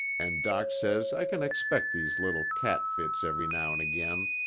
and doc says i can expect these little cat fits every now'n again.